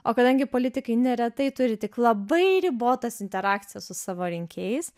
o kadangi politikai neretai turi tik labai ribotas interakcijas su savo rinkėjais